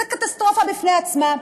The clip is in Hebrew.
זאת קטסטרופה בפני עצמה.